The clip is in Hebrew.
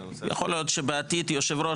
יכול להיות שבעתיד יושב הראש,